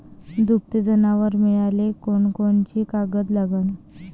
दुभते जनावरं मिळाले कोनकोनचे कागद लागन?